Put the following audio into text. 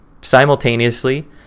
Simultaneously